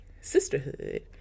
sisterhood